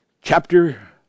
Chapter